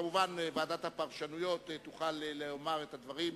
כמובן, ועדת הפירושים תוכל לומר את הדברים.